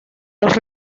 los